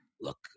look